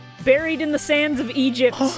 buried-in-the-sands-of-Egypt